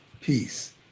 peace